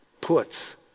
puts